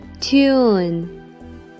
tune